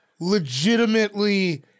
Legitimately